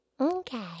Okay